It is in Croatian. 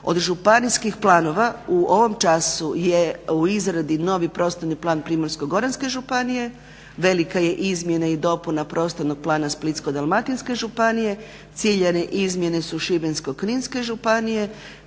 Od županijskih planova u ovom času je u izradi novi prostorni plan Primorsko-goranske županije, velika je izmjena i dopuna prostornog plana Splitsko-dalmatinske županije, ciljane izmjene su Šibensko-kninske županije,